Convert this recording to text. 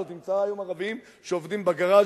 לא תמצא היום ערבים שעובדים בגראז'ים,